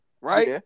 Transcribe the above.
right